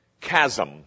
chasm